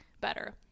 better